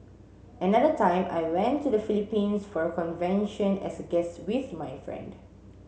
another time I went to the Philippines for a convention as a guest with my friend